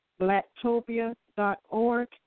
Blacktopia.org